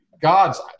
God's